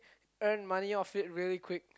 earn money off it really quick